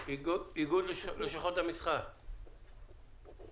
מאיגוד לשכות המסחר, בבקשה.